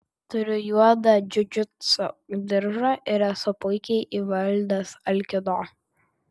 turiu juodą džiudžitso diržą ir esu puikiai įvaldęs alkido